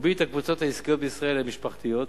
מרבית הקבוצות העסקיות בישראל הן משפחתיות